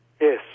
Yes